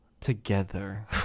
together